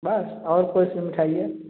बस और कौनसी मिठाई है